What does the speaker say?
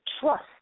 Trust